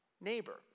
neighbor